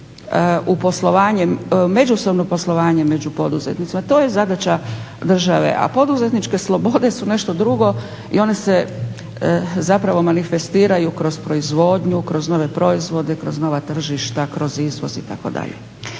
se uvodi red u međusobno poslovanje među poduzetnicima. To je zadaća države, a poduzetničke slobode su nešto drugo i one se zapravo manifestiraju kroz proizvodnju, kroz nove proizvode, kroz nova tržišta, kroz izvoz itd.